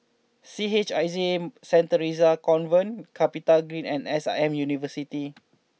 C H I J Saint Theresa's Convent CapitaGreen and S I M University